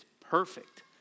perfect